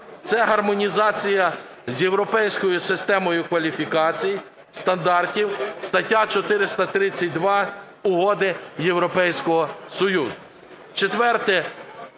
Це гармонізація з європейською системою кваліфікацій, стандартів, стаття 432 Угоди Європейського Союзу.